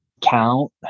count